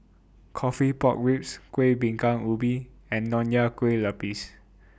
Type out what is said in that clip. Coffee Pork Ribs Kueh Bingka Ubi and Nonya Kueh Lapis